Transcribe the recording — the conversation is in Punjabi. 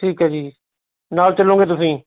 ਠੀਕ ਹੈ ਜੀ ਨਾਲ਼ ਚੱਲੂਗੇ ਤੁਸੀਂ